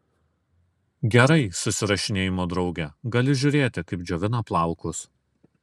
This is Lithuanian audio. gerai susirašinėjimo drauge gali žiūrėti kaip džiovina plaukus